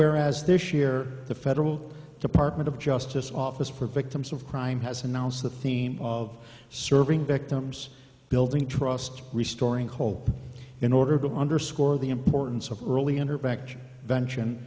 where as this year the federal department of justice office for victims of crime has announced the theme of serving victims building trust restoring hope in order to underscore the importance of early